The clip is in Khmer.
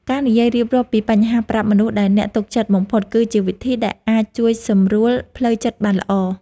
ការនិយាយរៀបរាប់ពីបញ្ហាប្រាប់មនុស្សដែលអ្នកទុកចិត្តបំផុត គឺជាវិធីដែលអាចជួយសម្រួលផ្លូវចិត្តបានល្អ។